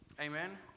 Amen